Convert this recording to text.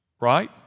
right